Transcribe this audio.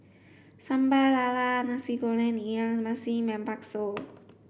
Sambal Lala Nasi Goreng Ikan Masin and Bakso